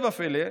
הפלא ופלא,